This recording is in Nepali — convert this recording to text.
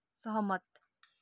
सहमत